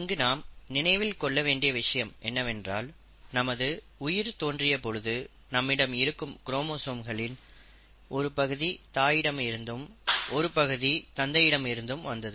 இங்கு நாம் நினைவில் கொள்ள வேண்டிய விஷயம் என்னவென்றால் நமது உயிர் தோன்றிய பொழுது நம்மிடம் இருக்கும் குரோமோசோம்களில் ஒரு பகுதி தாயிடம் இருந்து ஒரு பகுதி தந்தையிடம் இருந்தும் வந்தது